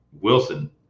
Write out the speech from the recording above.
Wilson